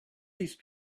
these